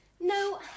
no